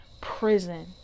prison